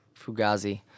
Fugazi